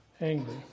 angry